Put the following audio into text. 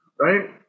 right